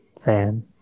fan